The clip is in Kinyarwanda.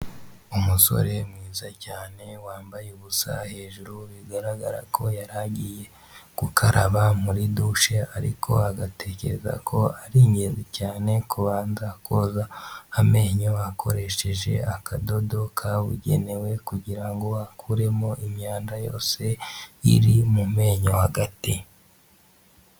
Umusore mwiza cyane wambaye ubusa hejuru bigaragara ko yari agiye gukaraba muri dushe, ariko agatekereza ko ari ingenzi cyane kubanza koza amenyo akoresheje akadodo kabugenewe kugirango akuremo imyanda yose iri mu menyo hagati.